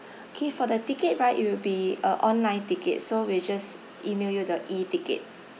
K for the ticket right it will be a online ticket so we'll just email you the E ticket